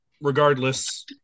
regardless